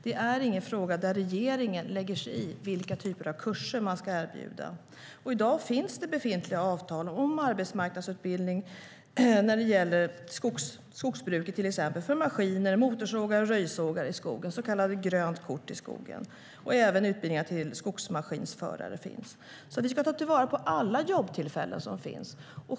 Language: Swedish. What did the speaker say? Det är ingen fråga där regeringen lägger sig i vilka typer av kurser man ska erbjuda. I dag finns det avtal om arbetsmarknadsutbildning när det gäller till exempel skogsbruket, för maskiner, motorsågar och röjsågar i skogen, så kallat grönt kort i skogen. Även utbildningar till skogsmaskinförare finns. Vi ska ta till vara alla jobbtillfällen som finns.